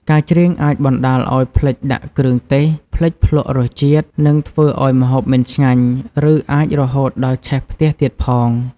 ការច្រៀងអាចបណ្ដាលឱ្យភ្លេចដាក់គ្រឿងទេស ភ្លេចភ្លក្សរសជាតិ និងធ្វើឱ្យម្ហូបមិនឆ្ងាញ់ ឬអាចរហូតដល់ឆេះផ្ទះទៀតផង។